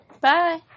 Bye